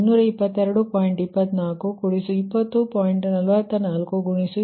2420